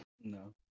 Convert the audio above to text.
No